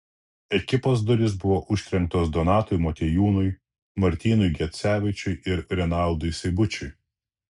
ekipos durys buvo užtrenktos donatui motiejūnui martynui gecevičiui ir renaldui seibučiui